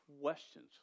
questions